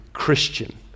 Christian